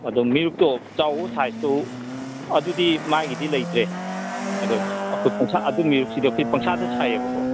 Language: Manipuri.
ꯑꯗꯨꯝ ꯃꯦꯔꯨꯛꯇꯣ ꯆꯥꯎꯕ ꯁꯥꯏꯖꯇꯣ ꯑꯗꯨꯗꯤ ꯃꯥꯒꯤꯗꯤ ꯂꯩꯇ꯭ꯔꯦ ꯑꯗꯨ ꯃꯦꯔꯨꯛꯁꯤꯗꯤ ꯑꯩꯈꯣꯏ ꯄꯪꯁꯥꯗ ꯁꯥꯏꯌꯦꯕꯀꯣ